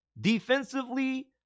defensively